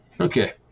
okay